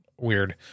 weird